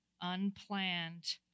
unplanned